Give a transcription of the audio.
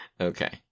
Okay